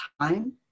time